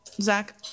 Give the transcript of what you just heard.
Zach